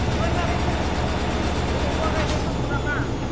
ओमफ्राय मारैथो बबावबा गायबावनांगौ नामा